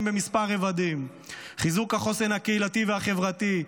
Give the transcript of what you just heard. בכמה רבדים: חיזוק החוסן הקהילתי והחברתי,